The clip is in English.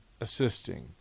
assisting